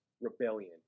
rebellion